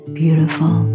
beautiful